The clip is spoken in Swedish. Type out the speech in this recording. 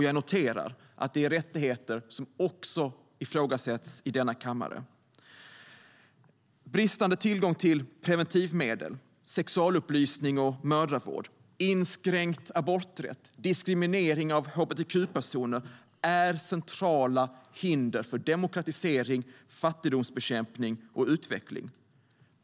Jag noterar att det är rättigheter som också ifrågasätts i denna kammare. Bristande tillgång till preventivmedel, sexualupplysning och mödravård samt inskränkt aborträtt och diskriminering av hbtq-personer är centrala hinder för demokratisering, fattigdomsbekämpning och utveckling.